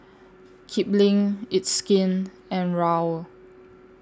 Kipling It's Skin and Raoul